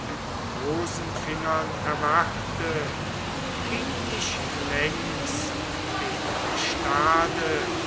mit rosenfingern erwachte ging ich längs dem gestade